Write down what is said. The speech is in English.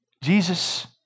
Jesus